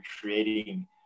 creating